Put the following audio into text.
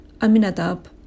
Aminadab